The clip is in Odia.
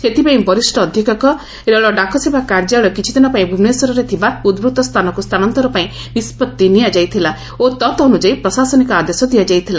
ସେଥିପାଇଁ ବରିଷ ଅଧୀକ୍ଷକ ରେଳ ଡାକସେବା କାର୍ଯ୍ୟାଳୟ କିଛିଦିନ ପାଇଁ ଭୁବନେଶ୍ୱରରେ ଥିବା ଉଦ୍ବୃଉ ସ୍ତାନକୁ ସ୍ତାନାନ୍ତର ପାଇଁ ନିଷ୍ବତ୍ତି ନିଆଯାଇଥିଲା ଓ ତତ୍ ଅନ୍ତଯାୟୀ ପ୍ରଶାସନିକ ଆଦେଶ ଦିଆଯାଇଥିଲା